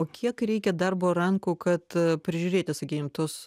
o kiek reikia darbo rankų kad prižiūrėti sakykim tuos